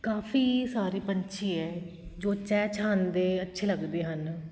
ਕਾਫ਼ੀ ਸਾਰੇ ਪੰਛੀ ਹੈ ਜੋ ਚਹਿਚਹਾਉਂਦੇ ਅੱਛੇ ਲੱਗਦੇ ਹਨ